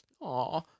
aw